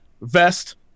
vest